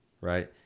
right